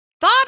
thought